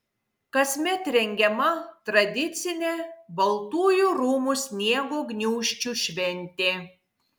kasmet rengiama tradicinė baltųjų rūmų sniego gniūžčių šventė